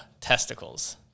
testicles